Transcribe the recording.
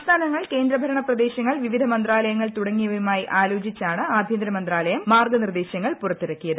സംസ്ഥാനങ്ങൾ കേന്ദ്ര ഭരണ പ്രദേശങ്ങൾ വിവിധ മന്ത്രാലയങ്ങൾ തുടങ്ങിയവയുമായി ആലോചിച്ചാണ് ആഭ്യന്ത്രമന്ത്രാലയം മാർഗ നിർദ്ദേശങ്ങൾ പുറത്തിറക്കിയത്